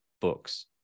books